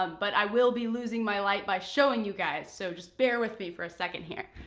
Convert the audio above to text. ah but i will be losing my light by showing you guys so just bear with me for a second here.